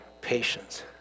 patience